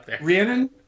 Rhiannon